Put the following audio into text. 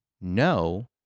no